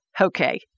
Okay